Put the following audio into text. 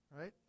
Right